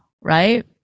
right